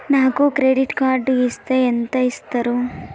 నాకు credit card ఇస్తే ఎంత ఇస్తరు?